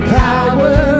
power